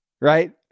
right